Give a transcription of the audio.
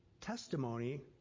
testimony